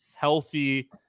healthy